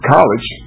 College